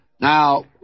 Now